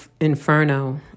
inferno